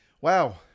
Wow